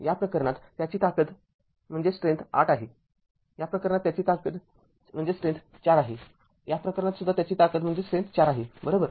या प्रकरणात त्याची ताकद ८ आहे या प्रकरणात त्याची ताकद ४ आहेया प्रकरणात सुद्धा त्याची ताकद ४ आहे बरोबर